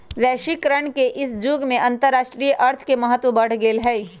वैश्वीकरण के इ जुग में अंतरराष्ट्रीय अर्थ के महत्व बढ़ गेल हइ